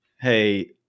Hey